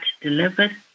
delivered